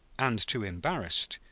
and too embarrassed,